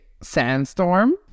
Sandstorm